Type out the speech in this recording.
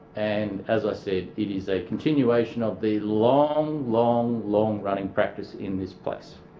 and as i said it is a continuation of the long, long, long running practice in this place.